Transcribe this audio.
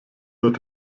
wird